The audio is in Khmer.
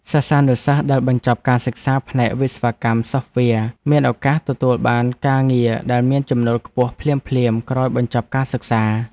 សិស្សានុសិស្សដែលបញ្ចប់ការសិក្សាផ្នែកវិស្វកម្មសូហ្វវែរមានឱកាសទទួលបានការងារដែលមានចំណូលខ្ពស់ភ្លាមៗក្រោយបញ្ចប់ការសិក្សា។